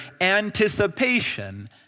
anticipation